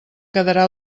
quedarà